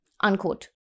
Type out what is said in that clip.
unquote